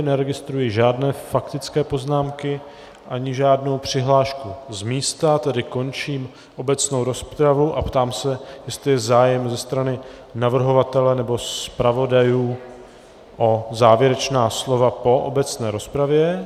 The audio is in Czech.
Neregistruji žádné faktické poznámky ani žádnou přihlášku z místa, tedy končím obecnou rozpravu a ptám se, jestli je zájem ze strany navrhovatele nebo zpravodajů o závěrečná slova po obecné rozpravě.